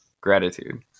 Gratitude